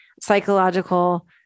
psychological